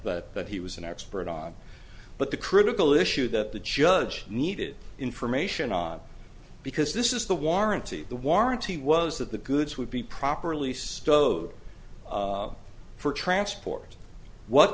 that he was an expert on but the critical issue that the judge needed information on because this is the warranty the warranty was that the goods would be properly stowed for transport what